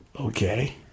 Okay